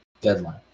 deadline